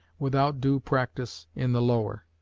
without due practice in the lower.